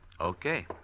Okay